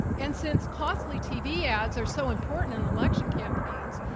and since costly tv ads are so important in election campaigns,